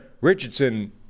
Richardson